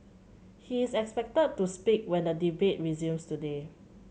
he is expected to speak when the debate resumes today